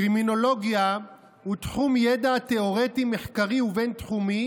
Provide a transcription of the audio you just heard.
קרימינולוגיה היא תחום ידע תיאורטי מחקרי ובין-תחומי